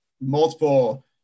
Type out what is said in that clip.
multiple